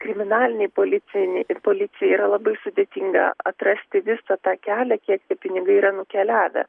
kriminalinei policijai ir policijai yra labai sudėtinga atrasti visą tą kelią kiek tie pinigai yra nukeliavę